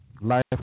life